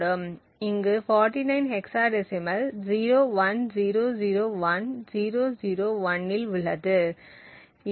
இங்கு 49 ஹெக்ஸாடெசிமல் 01001001 இல் உள்ளது